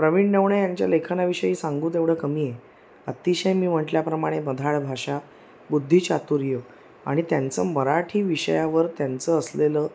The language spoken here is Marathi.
प्रवीण दवणे यांच्या लेखनाविषयी सांगू तेवढं कमी आहे अतिशय मी म्हटल्याप्रमाणे मधाळ भाषा बुद्धिचातुर्य आणि त्यांचं मराठी विषयावर त्यांचं असलेलं